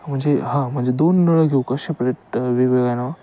म्हणजे हां म्हणजे दोन नळ घेऊ का शेपरेट वेगवेगळ्या नावावर